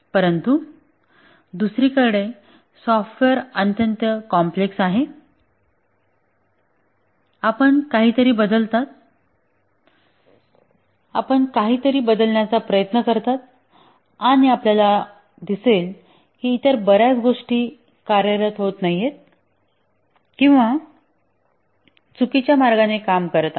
परंतु दुसरीकडे सॉफ्टवेअर अत्यंत कॉम्प्लेक्स आहे आपण काहीतरी बदलता आपण काहीतरी बदलण्याचा प्रयत्न करता आणि आपल्याला दिसेल की इतर बर्याच गोष्टी कार्यरत नाहीत किंवा चुकीच्या मार्गाने काम करत आहेत